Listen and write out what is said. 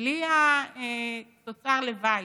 בלי תוצר הלוואי.